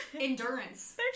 endurance